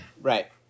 Right